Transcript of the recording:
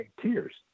Tears